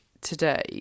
today